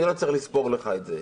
אני לא צריך לספור לך את זה.